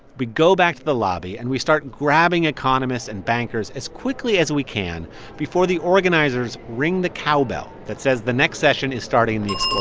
we go back to the lobby, and we start grabbing economists and bankers as quickly as we can before the organizers ring the cowbell that says the next session is starting in